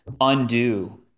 undo